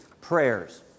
prayers